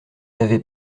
n’avez